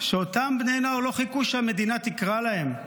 שאותם בני נוער לא חיכו שהמדינה תקרא להם.